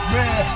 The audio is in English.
Man